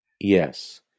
Yes